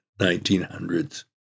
1900s